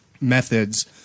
methods